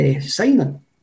signing